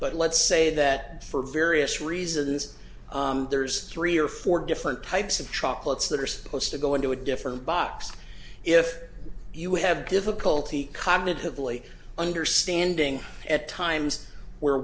but let's say that for various reasons there's three or four different types of chocolates that are supposed to go into a different box if you you have difficulty cognitively understanding at times where